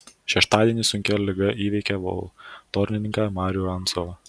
šeštadienį sunki liga įveikė valtornininką marių rancovą